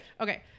okay